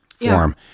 form